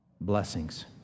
blessings